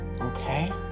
Okay